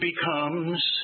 becomes